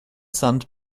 sand